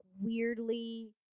weirdly